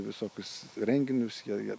visokius renginius jie jie